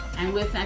and within,